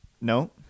No